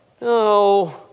No